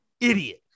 idiot